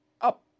up